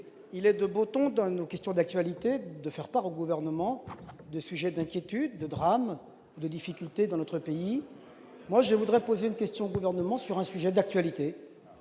il est de Bretons donne aux questions d'actualité de faire part au gouvernement de sujets d'inquiétude de de difficultés dans notre pays, moi je voudrais poser une question de gouvernement sur un sujet d'actualité